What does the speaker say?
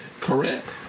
Correct